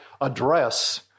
address